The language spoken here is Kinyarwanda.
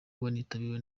wanitabiriwe